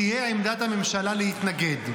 תהיה עמדת הממשלה להתנגד.